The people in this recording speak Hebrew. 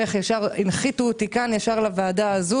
איך הנחיתו אותי ישר לוועדה הזאת?